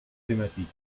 thématique